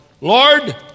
Lord